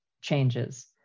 changes